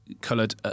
coloured